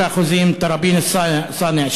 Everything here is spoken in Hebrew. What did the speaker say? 15%; תראבין-אלסאנע,